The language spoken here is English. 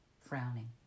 frowning